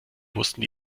wussten